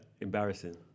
embarrassing